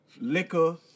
liquor